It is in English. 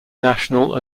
national